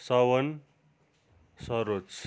Sawan Saroj